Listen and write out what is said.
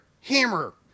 hammer